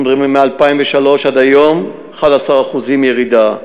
אנחנו מדברים מ-2003 עד היום, 11% ירידה.